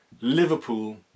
Liverpool